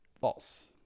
False